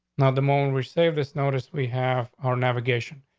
now, the moment we save this notice, we have our navigation.